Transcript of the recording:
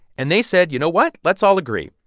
and they said, you know what? let's all agree.